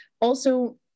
also-